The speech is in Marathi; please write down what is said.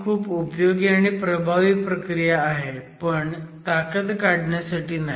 ही खूप उपयोगी आणि प्रभावी प्रक्रिया आहे पण ताकद काढण्यासाठी नाही